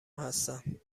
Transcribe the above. هستند